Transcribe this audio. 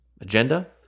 agenda